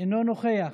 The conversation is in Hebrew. אינו נוכח.